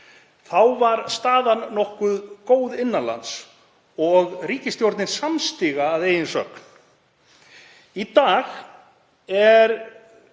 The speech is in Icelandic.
Þá var staðan nokkuð góð innan lands og ríkisstjórnin samstiga að eigin sögn. Í dag er